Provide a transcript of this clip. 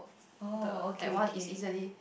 oh okay okay